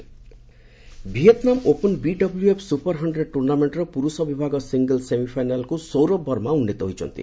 badminton Vietnam Open BWF super hundred ଟୁର୍ଣ୍ଣାମେଣ୍ଟର ପୁରୁଷ ବିଭାଗ ସିଙ୍ଗଲସ୍ ସେମିଫାଇନାଲ୍କୁ ସୌରଭ ବର୍ମା ଉନ୍ନିତ ହୋଇଛନ୍ତି